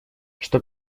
что